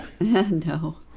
No